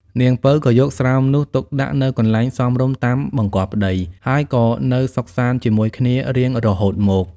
នាងពៅក៏យកស្រោមនោះទុកដាក់ នៅកន្លែងសមរម្យតាមបង្គាប់ប្ដី ហើយក៏នៅសុខសាន្ដជាមួយគ្នារៀងរហូតមក។